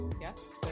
Yes